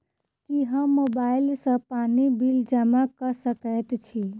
की हम मोबाइल सँ पानि बिल जमा कऽ सकैत छी?